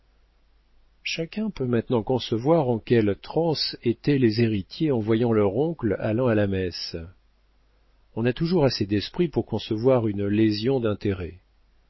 chacun peut maintenant concevoir en quelles transes étaient les héritiers en voyant leur oncle allant à la messe on a toujours assez d'esprit pour concevoir une lésion d'intérêts